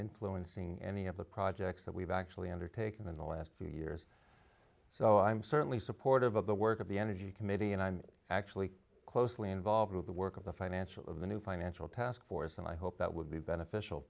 influencing any of the projects that we've actually undertaken in the last few years so i'm certainly supportive of the work of the energy committee and i'm actually closely involved with the work of the financial of the new financial taskforce and i hope that will be beneficial